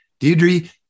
Deidre